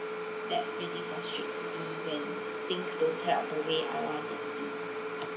that really frustrates me when things don't get of the way I want it to be